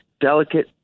delicate